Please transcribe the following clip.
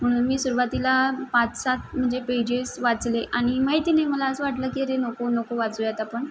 म्हणून मी सुरवातीला पाच सात म्हणजे पेजेस वाचले आणि माहिती नाही मला असं वाटलं की अरे नको नको वाचूयात आपण